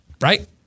right